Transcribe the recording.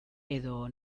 edo